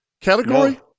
category